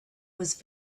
was